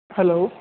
hello